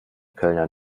kölner